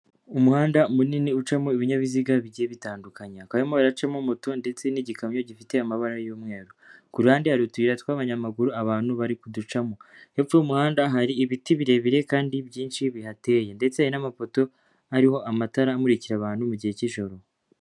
Umuhanda munini ucamo ibinyabiziga bigiye bitandukanye, hakaba harimo haracamo moto ndetse n'igikamyo gifite amabara y'umweru, ku ruhande hari utuyira tw'abanyamaguru abantu bari kuducamo, hepfo y'umuhanda hari ibiti birebire kandi byinshi bihateye ndetse hari n'amapoto ariho amatara amurikira abantu mu gihe cy'ijoro.